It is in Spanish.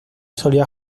solía